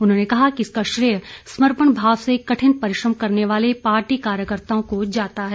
उन्होंने कहा कि इसका श्रेय समर्पण भाव से कठिन परिश्रम करने वाले पार्टी कार्यकर्ताओं को जाता है